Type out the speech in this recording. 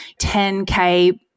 10K